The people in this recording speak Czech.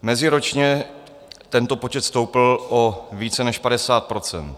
Meziročně tento počet stoupl o více než 50 %.